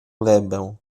glebę